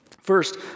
First